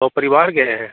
सपरिवार गए हैं